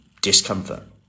discomfort